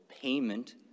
Payment